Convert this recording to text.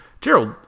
Gerald